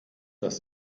das